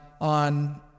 on